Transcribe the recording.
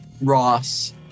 Ross